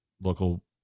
local